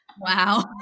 wow